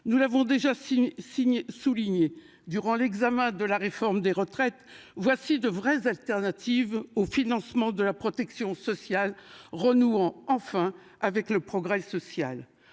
Nous l'avons déjà signé souligné durant l'examen de la réforme des retraites. Voici de vrais alternatives au financement de la protection sociale renoue enfin avec le progrès social,